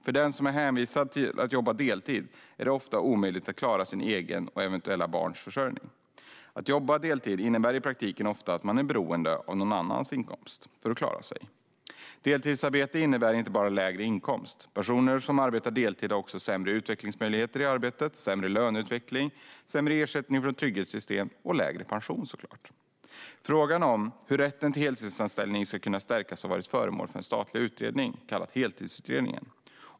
För den som är hänvisad till att jobba deltid är det ofta en omöjlighet att klara sin egen och eventuella barns försörjning. Att jobba deltid innebär i praktiken ofta att man är beroende av någon annan för att klara sig. Deltidsarbete innebär inte bara en lägre inkomst. Personer som arbetar deltid har också sämre utvecklingsmöjligheter i arbetet, sämre löneutveckling, lägre ersättning från trygghetssystemen och lägre pension. Frågan om hur rätten till heltidsanställning ska kunna stärkas har varit föremål för en statlig utredning, den så kallade Heltidsutredningen.